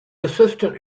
assistant